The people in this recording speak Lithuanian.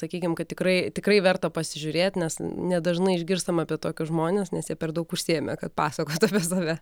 sakykim kad tikrai tikrai verta pasižiūrėt nes nedažnai išgirstam apie tokius žmones nes jie per daug užsiėmę kad pasakotų apie save